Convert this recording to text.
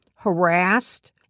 harassed